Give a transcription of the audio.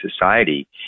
society